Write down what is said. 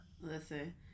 Listen